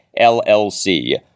LLC